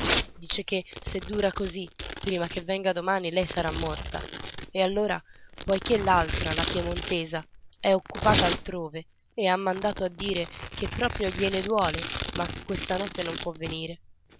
dice che se dura così prima che venga domani lei sarà morta e allora poiché l'altra la piemontesa è occupata altrove e ha mandato a dire che proprio gliene duole ma questa notte non può venire